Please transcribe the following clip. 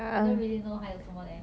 I don't really know 还有什么 leh